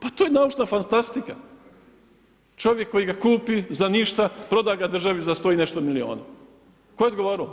Pa to je naučna fantastika, čovjek koji ga kupi za ništa, proda ga državi za 100 i nešto milijuna, tako je odgovarao?